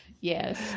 Yes